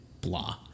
Blah